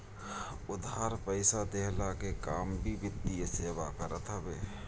उधार पईसा देहला के काम भी वित्तीय सेवा करत हवे